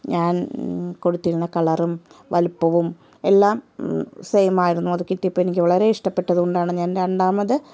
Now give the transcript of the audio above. ഞാൻ കൊടുത്തിരുന്ന കളറും വലിപ്പവും എല്ലാം സെയിമായിരുന്നു അത് കിട്ടിയപ്പോൾ വളരെ ഇഷ്ടപ്പെട്ടതു കൊണ്ടാണ് ഞാൻ രണ്ടാമത്